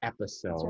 episode